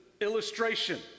illustration